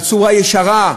בצורה ישרה,